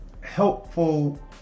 helpful